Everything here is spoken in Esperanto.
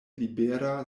libera